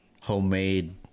homemade